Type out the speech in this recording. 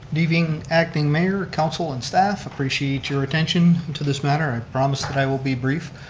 good evening acting mayor, council and staff. appreciate your attention to this matter. i promise that i will be brief.